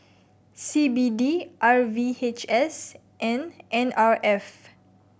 C B D R V H S and N R F